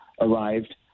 arrived